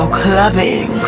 clubbing